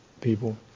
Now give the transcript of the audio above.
People